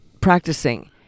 practicing